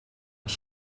ich